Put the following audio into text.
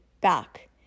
back